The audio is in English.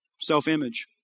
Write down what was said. self-image